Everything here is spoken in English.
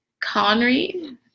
Conry